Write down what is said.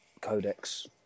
codex